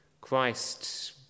Christ